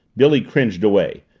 billy cringed away.